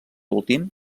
últim